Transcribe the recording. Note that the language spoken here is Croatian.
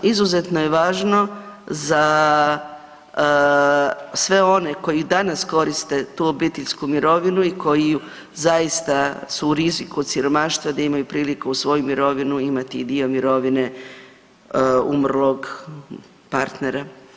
Izuzetno je važno za sve one koji i danas koriste tu obiteljsku mirovinu i koji ju zaista, su u riziku od siromaštva, da imaju priliku uz svoju mirovinu imati i dio mirovine umrlog partnera.